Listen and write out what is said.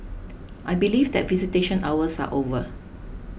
I believe that visitation hours are over